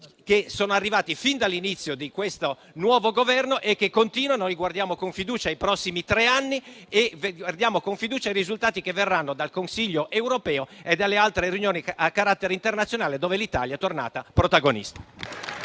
che sono arrivati fin dall'inizio di questo nuovo Governo e che continuano. Noi guardiamo con fiducia ai prossimi tre anni e ai risultati che verranno dal Consiglio europeo e dalle altre riunioni a carattere internazionale, dove l'Italia è tornata protagonista.